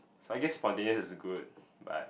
so I guess spontaneous is a good but